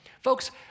Folks